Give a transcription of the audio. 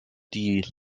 die